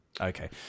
Okay